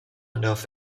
enough